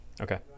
okay